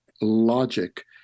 logic